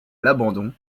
l’abandon